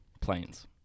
planes